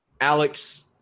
Alex